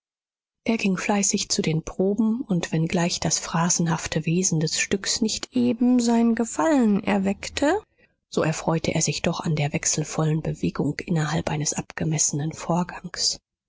er ging fleißig zu den proben und wenngleich das phrasenhafte wesen des stücks nicht eben sein gefallen erweckte so erfreute er sich doch an der wechselvollen bewegung innerhalb eines abgemessenen vorgangs